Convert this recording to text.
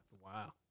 Wow